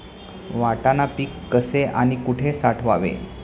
वाटाणा पीक कसे आणि कुठे साठवावे?